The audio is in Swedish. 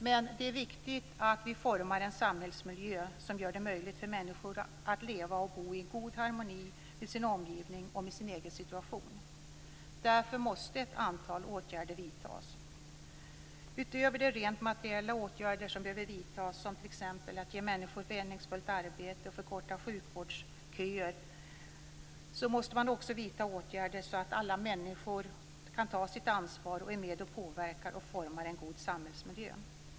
Men det är viktigt att vi formar en samhällsmiljö som gör det möjligt för människor att leva och bo i god harmoni med sin omgivning och med sin egen situation. Därför måste ett antal åtgärder vidtas. Utöver de rent materiella åtgärder som behöver vidtas, som t.ex. att ge människor ett meningsfullt arbete och förkorta sjukvårdsköer, måste man också vidta åtgärder så att alla människor kan ta sitt ansvar och är med och påverkar och formar en god samhällsmiljö.